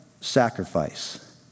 sacrifice